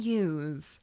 use